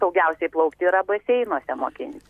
saugiausiai plaukti yra baseinuose mokint